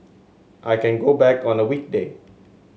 I can go back on a weekday